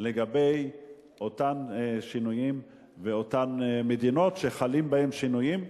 לגבי אותם שינויים ואותן מדינות שחלים בהן שינויים,